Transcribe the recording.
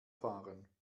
fahren